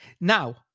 Now